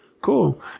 cool